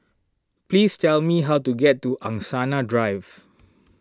please tell me how to get to Angsana Drive